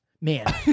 Man